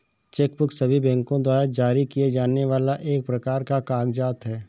check book सभी बैंको द्वारा जारी किए जाने वाला एक प्रकार का कागज़ात है